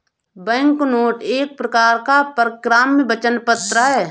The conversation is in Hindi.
बैंकनोट एक प्रकार का परक्राम्य वचन पत्र है